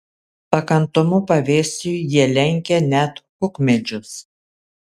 pakantumu pavėsiui jie lenkia net kukmedžius